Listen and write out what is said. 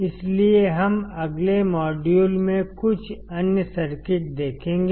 इसलिए हम अगले मॉड्यूल में कुछ अन्य सर्किट देखेंगे